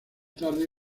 tarde